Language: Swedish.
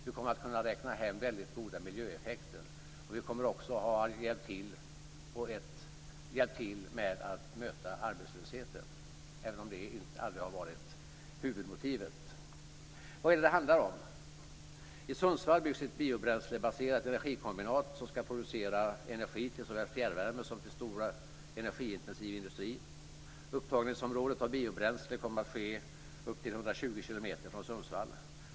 Vi kommer att kunna räkna hem väldigt stora miljöeffekter och kommer också att kunna hjälpa till med att möta arbetslösheten, även om det aldrig har varit huvudmotivet. Vad handlar det om? I Sundsvall byggs ett biobränslebaserat energikombinat, som ska producera energi såväl till fjärrvärme som till stor energiintensiv industri. Upptagning av biobränsle kommer att ske i ett område upp till 120 kilometer från Sundsvall.